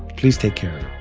please take care.